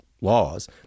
laws